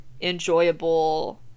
enjoyable